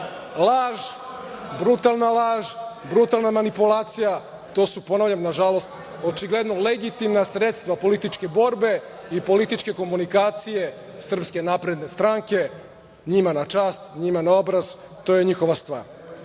laž, brutalna laž, brutalna manipulacija. To su, ponavljam, nažalost, očigledno legitimna sredstva političke borbe i političke komunikacije SNS. Njima na čast, njima na obraz, to je njihova stvar. Ako